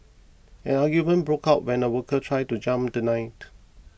an argument broke out when a worker tried to jump the light